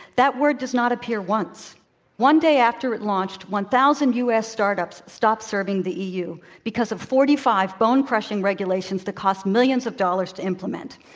that word does not appear once. the one day after it launched, one thousand u. s. startups stopped serving the e. u. because of forty five bone-crushing regulations that cost millions of dollars to implement.